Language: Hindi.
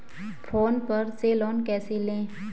फोन पर से लोन कैसे लें?